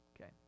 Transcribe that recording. Okay